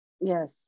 Yes